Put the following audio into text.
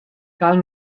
cal